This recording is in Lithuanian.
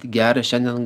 geria šiandien